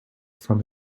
from